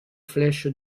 flèches